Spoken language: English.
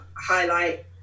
highlight